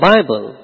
Bible